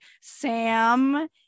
Sam